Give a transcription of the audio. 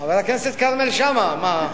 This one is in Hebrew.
חבר הכנסת כרמל שאמה.